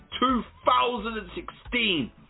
2016